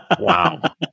Wow